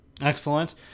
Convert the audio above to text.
Excellent